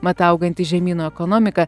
mat auganti žemyno ekonomika